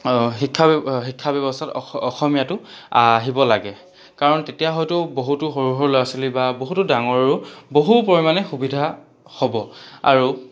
শিক্ষা ব্যৱ শিক্ষা ব্যৱস্থাত অস অসমীয়াটো আহিব লাগে কাৰণ তেতিয়া হয়তো বহতো সৰু সৰু ল'ৰা ছোৱালী বা বহুতো ডাঙৰৰো বহু পৰিমাণে সুবিধা হ'ব আৰু